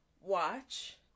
watch